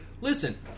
listen